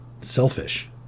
Selfish